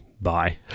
bye